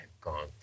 gone